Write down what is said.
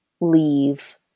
leave